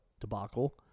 debacle